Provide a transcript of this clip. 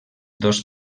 dos